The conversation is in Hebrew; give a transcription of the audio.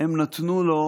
הם נתנו לו